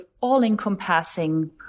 all-encompassing